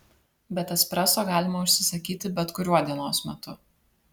bet espreso galima užsisakyti bet kuriuo dienos metu